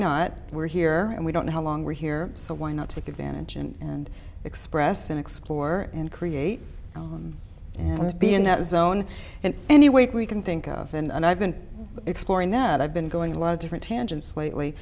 not we're here and we don't know how long we're here so why not take advantage and express and explore and create and to be in that zone in any way we can think of and i've been exploring that i've been going a lot of different tangents lately